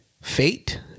fate